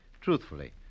Truthfully